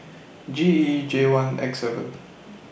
G E J one X seven